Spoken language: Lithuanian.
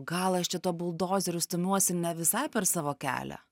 gal aš čia tuo buldozeriu stumiuosi ne visai per savo kelią